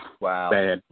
Wow